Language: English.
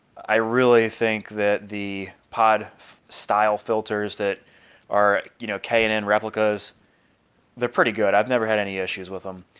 i really think that the pod style filters that are you know, k and n replicas they're pretty good. i've never had any issues with them.